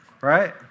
right